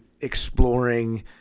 exploring